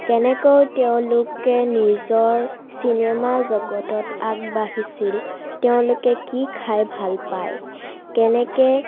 কেনেকৈ তেওঁলোকে নিজৰ চিনেমা জগতত আগবাঢ়িছিল তেওঁলোকে কি খায় ভালপায় কেনেকৈ